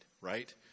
right